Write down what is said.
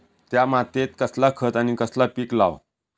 त्या मात्येत कसला खत आणि कसला पीक लाव?